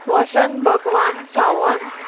Vasant Bhagwan Sawant